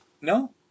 No